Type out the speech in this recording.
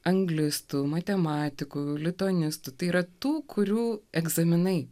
anglistų matematikų lituanistų tai yra tų kurių egzaminai